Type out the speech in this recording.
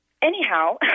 Anyhow